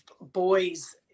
boys